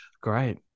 Great